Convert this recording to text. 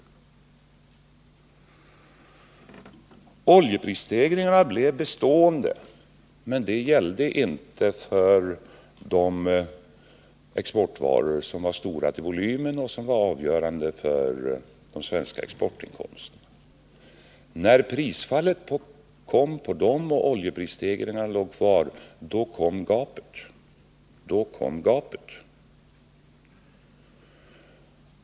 Oljeprisstegringarna blev bestående, men detsamma gällde inte för de exportvaror som var stora till volymen och avgörande för de svenska exportinkomsterna. När prisfallet kom på dem men oljeprishöjningarna låg kvar uppstod gapet.